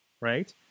right